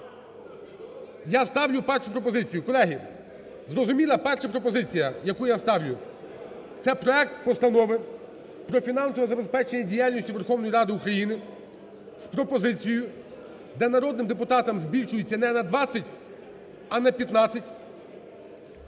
Я ставлю першу пропозицію. Колеги, зрозуміла перша пропозиція, яку я ставлю? Це проект Постанови про фінансове забезпечення діяльності Верховної Ради України з пропозицією, де народним депутатам збільшується не на 20, а на 15.